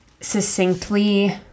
succinctly